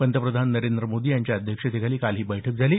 पंतप्रधान नरेंद्र मोदी यांच्या अध्यक्षतेखाली काल ही बैठक झाली